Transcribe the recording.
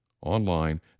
online